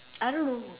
I don't know